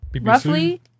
roughly